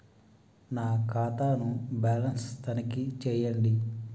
నా ఖాతా ను బ్యాలన్స్ తనిఖీ చేయండి?